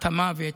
את המוות,